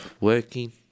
working